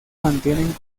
mantienen